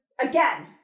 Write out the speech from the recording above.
Again